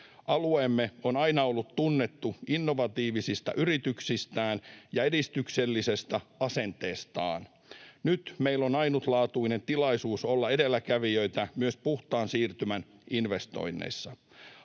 Alueemme on aina ollut tunnettu innovatiivisista yrityksistään ja edistyksellisestä asenteestaan. Nyt meillä on ainutlaatuinen tilaisuus olla edelläkävijöitä myös puhtaan siirtymän investoinneissa.